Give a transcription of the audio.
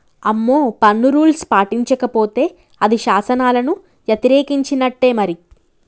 అమ్మో పన్ను రూల్స్ పాటించకపోతే అది శాసనాలను యతిరేకించినట్టే మరి